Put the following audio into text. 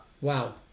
wow